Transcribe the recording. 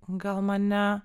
gal mane